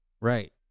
Right